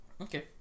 Okay